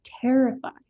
terrified